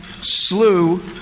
slew